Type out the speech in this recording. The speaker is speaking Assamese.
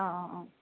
অঁ অঁ অঁ